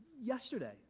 yesterday